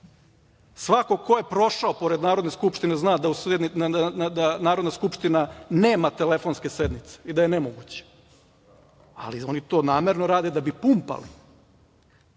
Svako ko je prošao pored Narodne skupštine zna da Narodna skupština nema telefonske sednice i da je nemoguće, ali oni to namerno rade da bi pumpali. Pa